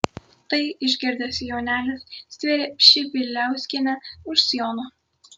tai išgirdęs jonelis stvėrė pšibiliauskienę už sijono